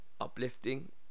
uplifting